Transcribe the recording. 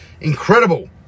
incredible